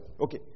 Okay